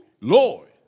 Lord